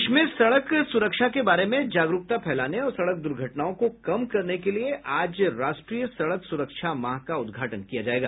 देश में सड़क सुरक्षा के बारे में जागरूकता फैलाने और सड़क दुर्घटनाओं को कम करने के लिए आज राष्ट्रीय सड़क सुरक्षा माह का उद्घाटन किया जायेगा